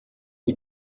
die